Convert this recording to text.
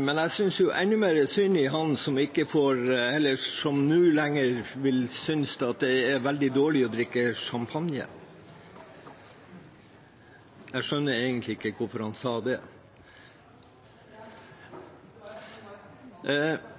Men jeg synes enda mer synd på ham som fra nå av synes det er veldig dårlig å drikke champagne. Jeg skjønner egentlig ikke hvorfor han sa det.